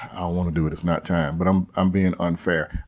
i don't want to do it. it's not time. but i'm i'm being unfair.